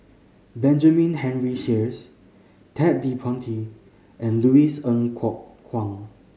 Benjamin Henry Sheares Ted De Ponti and Louis Ng Kok Kwang